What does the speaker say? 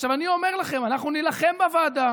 עכשיו, אני אומר לכם, אנחנו נילחם בוועדה